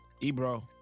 Ebro